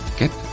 get